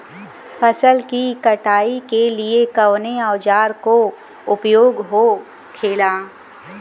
फसल की कटाई के लिए कवने औजार को उपयोग हो खेला?